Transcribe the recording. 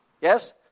Yes